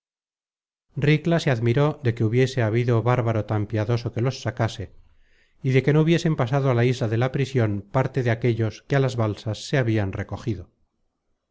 ricla se admiró de que hubiese habido bárbaro tan piadoso que los sacase y de que no hubiesen pasado á la isla de la prision parte de aquellos que á las balsas se habian recogido